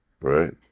right